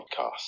podcast